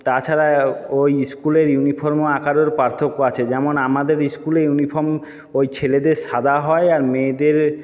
তাছাড়া ওই স্কুলের ইউনিফর্ম আকারের পার্থক্য আছে যেমন আমাদের স্কুলে ইউনিফর্ম ওই ছেলেদের সাদা হয় আর মেয়েদের